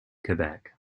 quebec